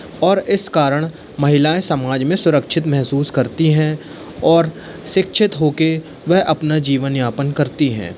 और इस कारण महिलाएं समाज में सुरक्षित महसूस करती हैं और शिक्षित होके वह अपना जीवन व्यापन करती हैं